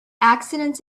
accidents